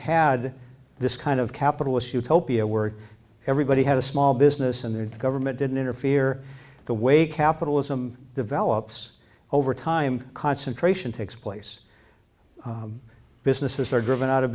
had this kind of capitalist utopia we're everybody had a small business in their government didn't interfere the way capitalism develops over time concentration takes place businesses are driven out of